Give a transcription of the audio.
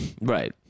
Right